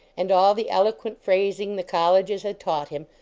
and all the eloquent phrasing the colleges had taught him,